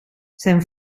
zijn